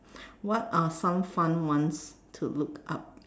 what are some fun ones to look up